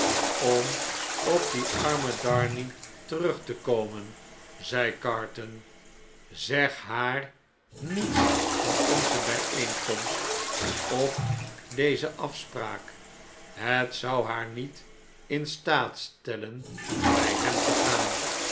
om op dien armen darnay terug te komen zei carton zeg haar niets van onze bijeenkomst of deze afspraak het zou haar niet in staat stellen bg hem te gaan